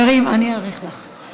אני אאריך לך.